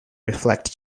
reflect